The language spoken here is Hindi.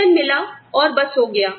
वेतन मिला और बस हो गया